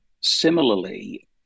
Similarly